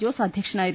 ജോസ് അധ്യക്ഷനായിരുന്നു